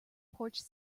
porch